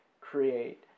create